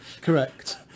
Correct